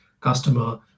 customer